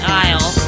aisle